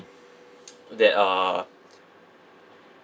that uh